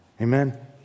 Amen